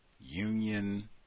union